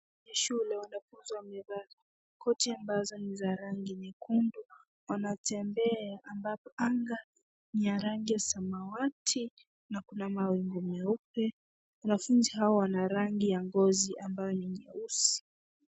Ni shule wanafunzi wamevaa koti ambazo ni za rangi nyekundu, wanatembea ambapo anga ni ya rangi ya samawati na kuna mawingu nyeupe wanafunzi hawa wana rangi ya ngozi ambayo ni nyeusi.